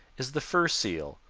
is the fur seal,